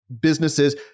businesses